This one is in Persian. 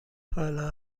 حالا